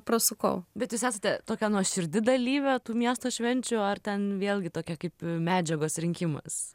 prasukau bet jūs esate tokia nuoširdi dalyvė tų miesto švenčių ar ten vėlgi tokia kaip medžiagos rinkimas